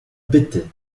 byty